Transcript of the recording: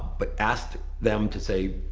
but ask them to say,